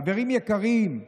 חברים יקרים,